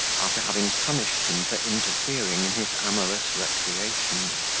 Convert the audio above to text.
after having punished him for interfering in his amorous recreations.